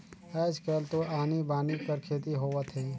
आयज कायल तो आनी बानी कर खेती होवत हे